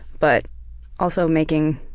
but also making